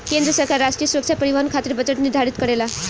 केंद्र सरकार राष्ट्रीय सुरक्षा परिवहन खातिर बजट निर्धारित करेला